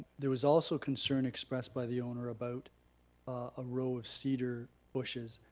there was also concern expressed by the owner about ah row of cedar bushes.